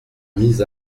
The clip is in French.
mis